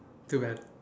too bad